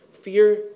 Fear